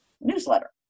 newsletter